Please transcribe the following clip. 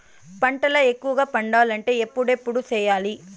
పంటల ఎక్కువగా పండాలంటే ఎప్పుడెప్పుడు సేయాలి?